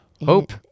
Hope